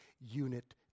unit